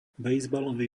bejzbalový